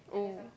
!woo!